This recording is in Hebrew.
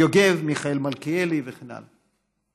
מיכאל מלכיאלי וכן הלאה.